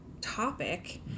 topic